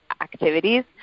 activities